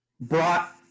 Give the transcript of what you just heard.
brought